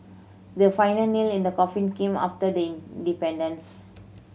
the final nail in the coffin came after the independence